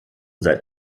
seit